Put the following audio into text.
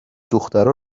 دخترا